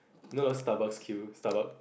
no no Starbucks queue Starbucks